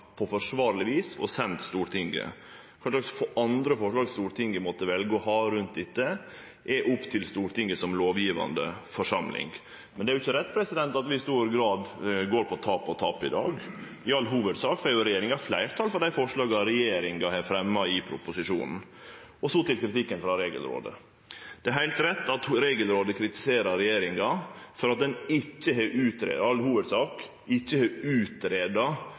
på forsvarleg vis og sende Stortinget. Kva for andre forslag Stortinget måtte velje å ha om dette, er opp til Stortinget som lovgjevande forsamling. Men det er ikkje rett at vi i stor grad går på tap etter tap i dag. I all hovudsak har regjeringa fleirtal for dei forslaga ho har fremja i proposisjonen. Så til kritikken frå Regelrådet. Det er heilt rett at Regelrådet kritiserer regjeringa for at ho i all hovudsak ikkje har greidd ut nullalternativet. Det såkalla nullalternativet var altså å ikkje